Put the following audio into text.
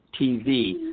TV